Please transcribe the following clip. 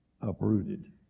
uprooted